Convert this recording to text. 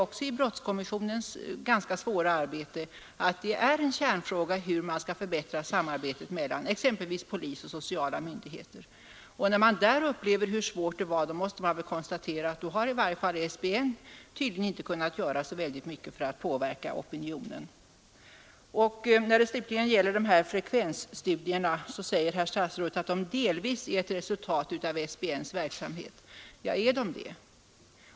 Också i brottskommissionens ganska svåra arbete upplevde jag att det är en kärnfråga hur man skall kunna förbättra samarbetet mellan exempelvis polis och sociala myndigheter. Och när man där upplevde hur svårt det var måste man konstatera att i varje fall SBN inte kunnat göra så väldigt mycket för att påverka opinionen. När det slutligen gäller frekvensstudierna säger herr statsrådet att de delvis är ett resultat av SBN:s verksamhet. Ja, är de det?